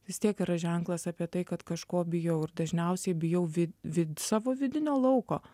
vis tiek yra ženklas apie tai kad kažko bijau ir dažniausiai bijau vi vi savo vidinio lauko